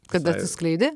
kada skleidi